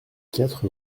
quatre